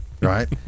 right